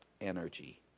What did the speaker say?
energy